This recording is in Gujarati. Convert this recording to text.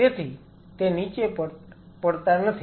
તેથી તે નીચે પડતા નથી